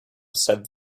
said